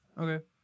Okay